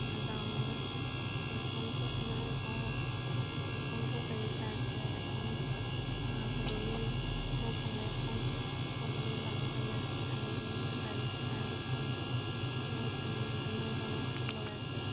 আমাৰ গাঁৱত দুখনকৈ আমাৰ ঘৰত দুখনকৈ বাগিচা আছে এখন আমাৰ পদুলিৰ সোঁফালে এখন পদুলিৰ বাওঁফালে আছে আৰু এই বাগিচা দুখনত আমি বিভিন্ন ধৰণৰ ফুল লগাইছোঁ